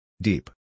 Deep